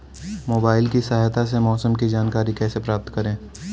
Mobile की सहायता से मौसम की जानकारी कैसे प्राप्त करें?